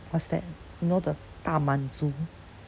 what's that you know the 大满足